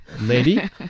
lady